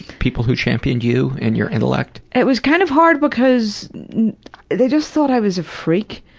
people who championed you and your intellect? it was kind of hard, because they just thought i was a freak.